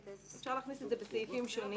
אפשר להכניס את זה בסעיפים שונים.